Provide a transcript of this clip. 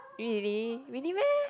really really meh